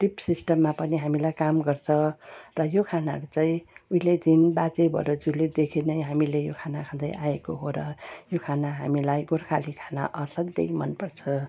टिभ सिस्टममा पनि हामीलाई काम गर्छ र यो खानाहरू चाहिँ उहिलेदेखि बाजे बराजुलेदेखि नै हामीले यो खाना खाँदै आएको हो र यो खाना हामीलाई गोर्खाली खाना असाध्यै मनपर्छ